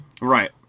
Right